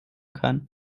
kann